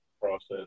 process